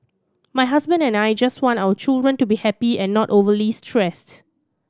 my husband and I just want our children to be happy and not overly stressed